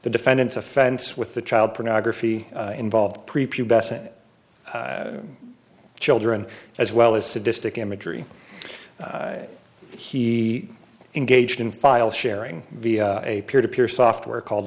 the defendant's offense with the child pornography involved children as well as sadistic imagery he engaged in file sharing via a peer to peer software called